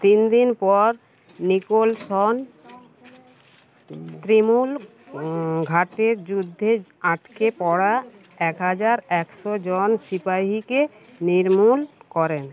তিন দিন পর নিকোলসন তৃণমূল ঘাটের যুদ্ধে আটকে পড়া এক হাজার একশোজন সিপাহীকে নির্মূল করেন